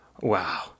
Wow